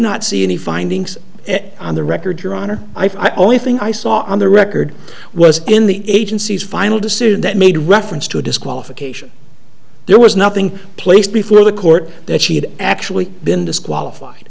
not see any findings on the record your honor i only thing i saw on the record was in the agency's final decision that made reference to a disqualification there was nothing placed before the court that she had actually been disqualified